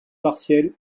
partielle